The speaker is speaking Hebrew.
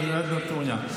היד נטויה.